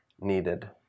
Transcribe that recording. needed